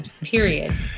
period